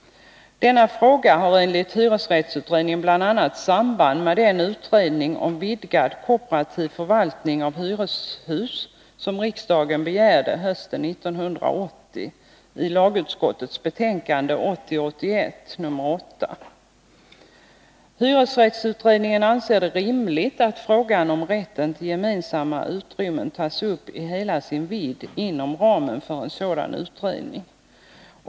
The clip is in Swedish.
Denna fråga har enligt hyresrättsutredningen bl.a. samband med den utredning om vidgad kooperativ förvaltning av hyreshus som riksdagen begärde hösten 1980 på förslag i lagsutskottets betänkande 1980/81:8. Hyresrättsutredningen anser det rimligt att frågan om rätten till gemensamma utrymmen tas upp i hela sin vidd inom ramen för en sådan utredning.